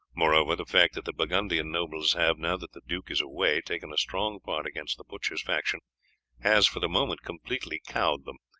moreover, the fact that the burgundian nobles have, now that the duke is away, taken a strong part against the butchers' faction has for the moment completely cowed them.